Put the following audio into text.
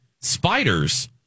Spiders